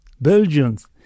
Belgians